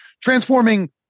Transforming